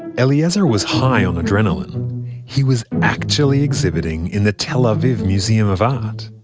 eliezer was high on adrenaline he was actually exhibiting in the tel aviv museum of art!